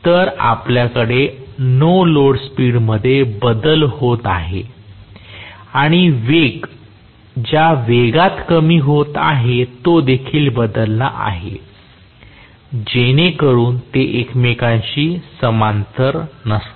तर आपल्याकडे no load speed मध्ये बदल होत आहे आणि वेग ज्या वेगात कमी होत आहे तो देखील बदलत आहे जेणेकरून ते एकमेकांशी समांतर नसतात